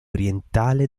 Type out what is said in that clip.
orientale